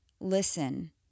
listen